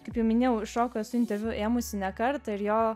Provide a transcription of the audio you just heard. kaip jau minėjau iš roko esu interviu ėmusi ne kartą ir jo